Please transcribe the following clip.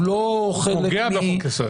הוא פוגע בחוק יסוד.